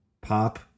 pop